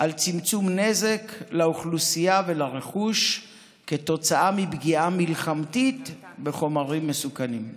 על צמצום נזק לאוכלוסייה ולרכוש כתוצאה מפגיעה מלחמתית בחומרים מסוכנים.